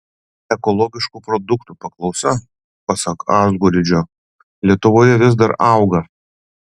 ekologiškų produktų paklausa pasak azguridžio lietuvoje vis dar auga